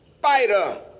spider